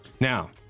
Now